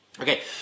Okay